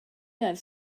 gael